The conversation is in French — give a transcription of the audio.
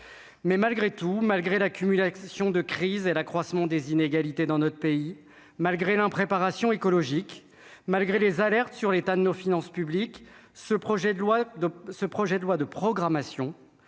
mais malgré tout, malgré la accession de crise et l'accroissement des inégalités dans notre pays, malgré l'impréparation écologique malgré les alertes sur l'état de nos finances publiques, ce projet de loi de ce projet